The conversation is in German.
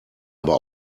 aber